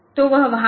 तो वह वहाँ है